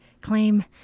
claim